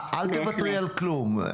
אל תוותרי על כלום.